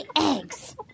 eggs